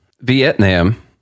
Vietnam